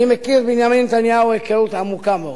אני מכיר את בנימין נתניהו היכרות עמוקה מאוד,